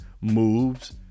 moves